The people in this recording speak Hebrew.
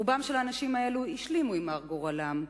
רוב האנשים האלה השלימו עם מר גורלם.